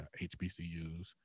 HBCUs